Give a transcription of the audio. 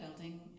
building